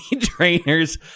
trainers